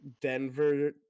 Denver